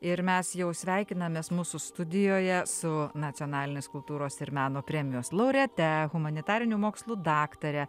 ir mes jau sveikinamės mūsų studijoje su nacionalinės kultūros ir meno premijos laureate humanitarinių mokslų daktare